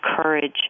courage